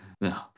no